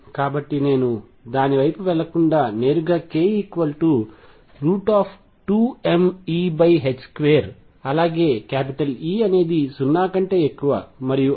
కాబట్టి నేను దాని వైపు వెళ్ళకుండా నేరుగాk2mE2 అలాగే E అనేది 0 కంటే ఎక్కువ మరియు α2m2 V0 E0